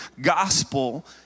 gospel